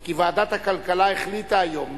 כי ועדת הכלכלה החליטה היום,